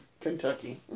kentucky